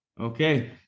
Okay